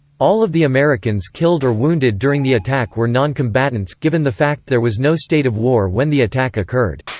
all of the americans killed or wounded during the attack were non-combatants, given the fact there was no state of war when the attack occurred.